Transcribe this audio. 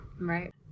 Right